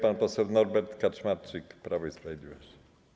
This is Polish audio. Pan poseł Norbert Kaczmarczyk, Prawo i Sprawiedliwość.